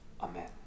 Amen